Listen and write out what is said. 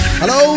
Hello